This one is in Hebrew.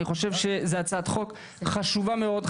אני חושב שזאת הצעת חוק חשובה מאוד,